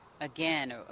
again